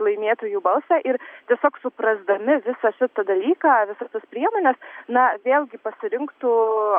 laimėtų jų balsą ir tiesiog suprasdami visą šitą dalyką visas tas priemonės na vėlgi pasirinktų